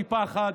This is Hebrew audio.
מפחד.